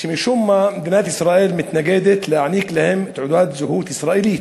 שמשום מה מדינת ישראל מתנגדת לתת להם תעודת זהות ישראלית,